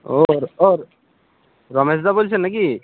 ও ও রমেশদা বলছেন নাকি